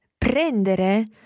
prendere